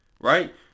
Right